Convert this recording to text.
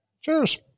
Cheers